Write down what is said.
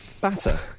batter